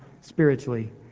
spiritually